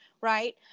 right